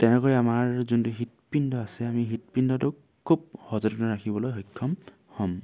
তেনেকৈ আমাৰ যোনটো হৃদপিণ্ড আছে আমি হৃদপিণ্ডটো খুব সযতনে ৰাখিবলৈ সক্ষম হ'ম